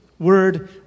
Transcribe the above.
word